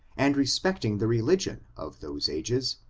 and respecting the religion of those ages,